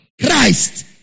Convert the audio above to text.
Christ